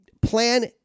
plan